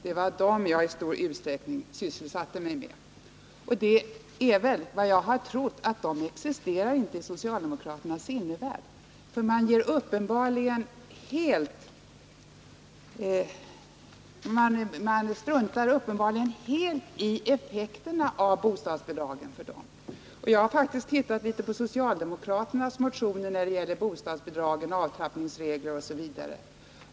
Men det här styrker vad jag tror, nämligen att de familjerna inte existerar i socialdemokraternas sinnevärld. Man struntar uppenbarligen helt i effekterna av bostadsbidraget när det gäller dessa vanliga barnhushåll. Jag har faktiskt tittat litet på socialdemokraternas motioner när det gäller bostadsbidragen, avtrappningsreglerna osv.